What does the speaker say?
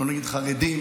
לא נגד חרדים,